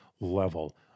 level